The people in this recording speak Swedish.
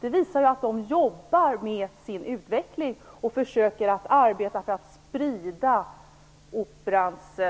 Det visar att de jobbar med sin utveckling och försöker arbeta för att sprida Operans